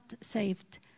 saved